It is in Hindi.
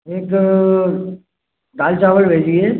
एक दाल चावल भेजिए